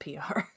PR